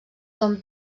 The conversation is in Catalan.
són